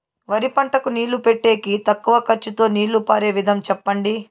వరి పంటకు నీళ్లు పెట్టేకి తక్కువ ఖర్చుతో నీళ్లు పారే విధం చెప్పండి?